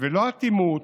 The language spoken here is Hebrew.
לא אטימות